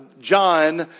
John